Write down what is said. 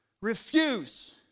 refuse